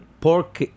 pork